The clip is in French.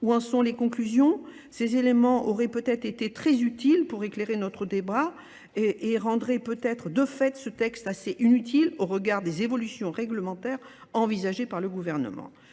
ou en sont les conclusions ? Ces éléments auraient peut-être été très utiles pour éclairer notre débat et rendraient peut-être de fait ce texte assez inutile au regard des évolutions réglementaires envisagées par le gouvernement.